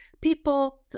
people